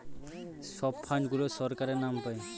সব ফান্ড গুলো সরকারের নাম পাই